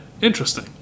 interesting